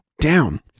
down